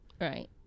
Right